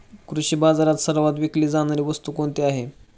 कृषी बाजारात सर्वात विकली जाणारी वस्तू कोणती आहे?